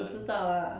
我知道 ah